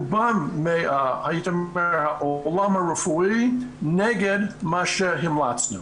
רובם מהעולם הרפואי, נגד מה שהמלצנו.